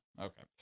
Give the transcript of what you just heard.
Okay